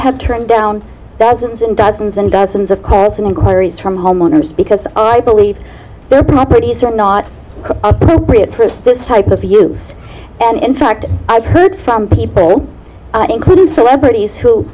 have turned down dozens and dozens and dozens of calls and inquiries from homeowners because i believe their properties are not appropriate for this type of use and in fact i've heard from people including celebrities who